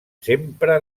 sempre